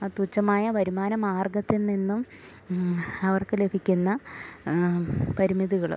ആ തുച്ഛമായ വരുമാന മാർഗ്ഗത്തിൽ നിന്നും അവർക്ക് ലഭിക്കുന്ന പരിമിതികൾ